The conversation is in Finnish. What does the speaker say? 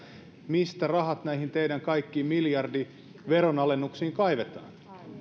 mistä rahat näihin teidän kaikkiin miljardiveronalennuksiin kaivetaan